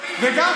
באף מדינה בעולם,